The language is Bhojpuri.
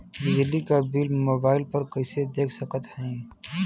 बिजली क बिल मोबाइल पर कईसे देख सकत हई?